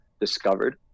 discovered